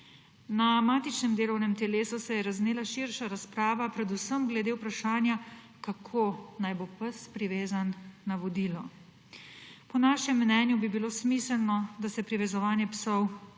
Na matičnem delovnem telesu se je razvnela širša razprava predvsem glede vprašanja, kako naj bo pes privezan na vodilo. Po našem mnenju bi bilo smiselno, da se privezovanje psov